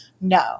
no